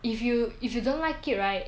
if you if you don't like it right